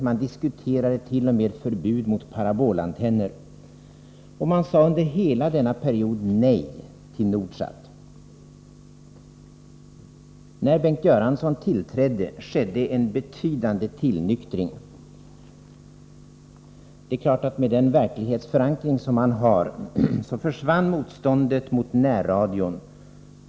Man diskuterade t.o.m. ett förbud mot parabolantenner. Under hela denna period sade man nej till Nordsat. När Bengt Göransson tillträdde skedde en betydande tillnyktring. Med den verklighetsförankring som han har försvann givetvis motståndet mot närradion.